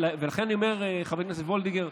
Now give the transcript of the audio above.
חברת הכנסת וולדיגר,